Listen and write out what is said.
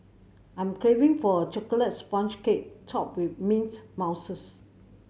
I'm craving for a chocolate sponge cake topped with mint mousses